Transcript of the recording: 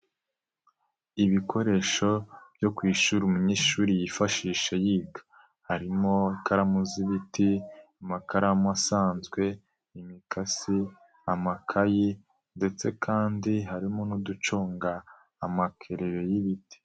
Ibikoresho byo ku ishuri umunyeshuri yifashisha yiga, harimo ikararamu z'ibiti, amakaramu asanzwe, imikasi, amakayi ndetse kandi harimo n'uduconga amakereyo y'ibiti.